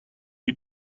you